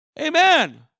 Amen